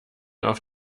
auf